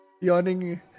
Yawning